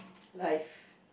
life